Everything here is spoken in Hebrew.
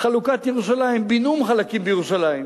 חלוקת ירושלים, בִנְאום חלקים בירושלים,